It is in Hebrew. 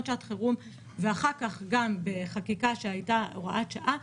שעת חירום ואחר כך גם בחקיקה שהייתה הוראת שעה,